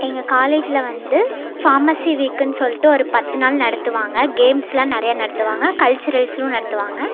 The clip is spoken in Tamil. எங்கள் காலேஜில் வந்து ஃபார்மஸி வீக்குனு சொல்லிட்டு ஒரு பத்து நாள் நடத்துவாங்க கேம்ஸுலாம் நிறையா நடத்துவாங்க கல்ச்சுரல்ஸும் நடத்துவாங்க